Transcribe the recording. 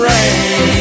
Rain